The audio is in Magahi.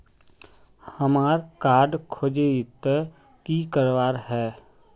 हमार कार्ड खोजेई तो की करवार है?